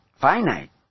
finite